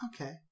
Okay